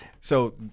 So-